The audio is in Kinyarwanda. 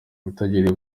itangira